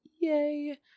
Yay